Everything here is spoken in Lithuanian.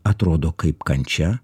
atrodo kaip kančia